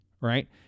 right